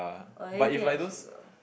or you think I should go